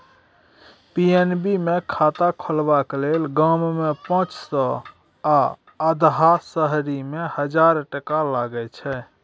PNB मे खाता खोलबाक लेल गाममे पाँच सय आ अधहा शहरीमे हजार टका लगै छै